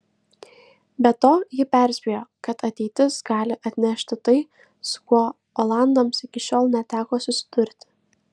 be to ji perspėjo kad ateitis gali atnešti tai su kuo olandams iki šiol neteko susidurti